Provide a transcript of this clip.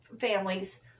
families